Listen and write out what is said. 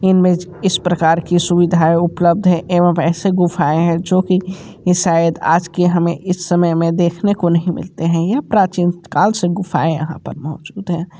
इनमें इस प्रकार की सुविधा उपलब्ध है एवं ऐसे गुफाएं हैं जो कि शायद आज की हमें इस समय में देखने को नहीं मिलते हैं यह प्राचीन काल से गुफाएं यहाँ पर मौजूद है